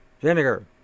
vinegar